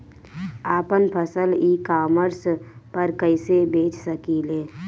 आपन फसल e-commerce पर कईसे बेच सकिले?